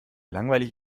langweilig